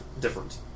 different